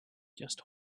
just